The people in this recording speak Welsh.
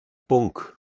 bwnc